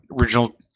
original